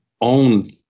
own